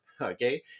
Okay